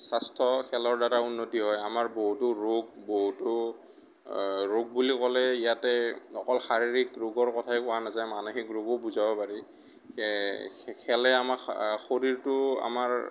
স্বাস্থ্য খেলৰ দ্বাৰা উন্নতি হয় আমাৰ বহুতো ৰোগ বহুতো ৰোগ বুলি ক'লে ইয়াতে অকল শাৰীৰিক ৰোগৰ কথাই কোৱা নাযায় মানসিক ৰোগো বুজাব পাৰি খে খেলে আমাৰ শৰীৰটো আমাৰ